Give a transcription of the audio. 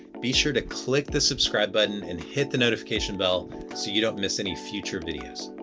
be sure to click the subscribe button and hit the notification bell so you don't miss any future videos.